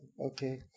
Okay